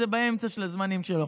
זה באמצע של הזמנים שלו.